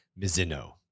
Mizino